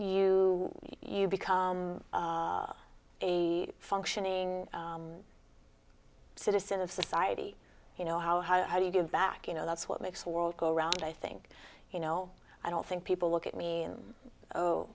you you become a functioning citizen of society you know how how do you give back you know that's what makes the world go round i think you know i don't think people look at me and